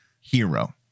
hero